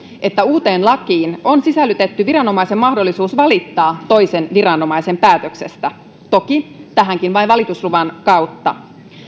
että uuteen lakiin on sisällytetty viranomaisen mahdollisuus valittaa toisen viranomaisen päätöksestä toki vain valitusluvan kautta